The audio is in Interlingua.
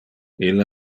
ille